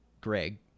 Greg